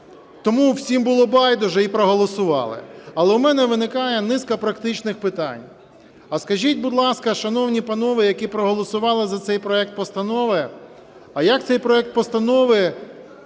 Тому всім було байдуже - і проголосували. Але в мене виникає низка практичних питань. А скажіть, будь ласка, шановні панове, які проголосували за цей проект постанови, а як цей проект постанови